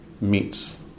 meets